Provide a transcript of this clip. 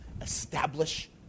Establish